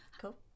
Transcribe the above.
Cool